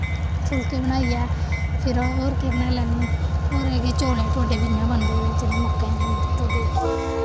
फुलके बनाइयै फिर होर केह् बनाई लैन्नीं होर ऐ कि चौलें ढोडे बी इ'यां बनदे जि'यां मक्कें दे बनदे ढोडे